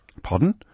Pardon